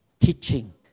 teaching